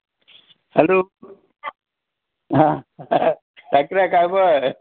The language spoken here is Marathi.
हॅलो हां